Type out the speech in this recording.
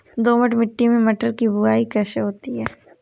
दोमट मिट्टी में मटर की बुवाई कैसे होती है?